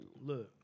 look